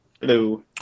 Hello